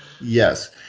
yes